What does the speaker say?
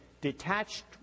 detached